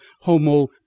Homo